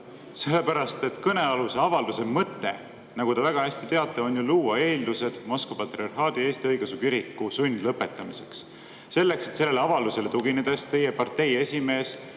on lausvale, sest kõnealuse avalduse mõte, nagu te väga hästi teate, on luua eeldused Moskva Patriarhaadi Eesti Õigeusu Kiriku sundlõpetamiseks, et sellele avaldusele tuginedes saaks teie partei esimees